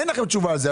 אין לכם תשובה על זה.